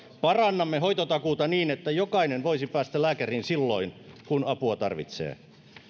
parannamme hoitotakuuta niin että jokainen voisi päästä lääkäriin silloin kun apua tarvitsee